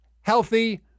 healthy